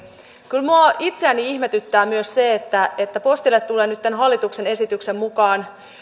kyllä minua itseäni ihmetyttää myös se että että postille tulee nyt tämän hallituksen esityksen mukaan